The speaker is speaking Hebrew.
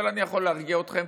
אבל אני יכול להרגיע אתכם,